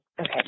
okay